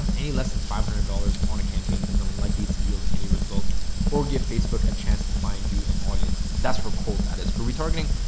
any less than five hundred dollars on a campaign is unlikely to yield any results or give facebook a chance to find you an audience that's for cold. that is for retargeting.